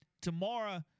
tomorrow